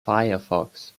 firefox